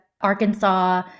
Arkansas